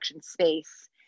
space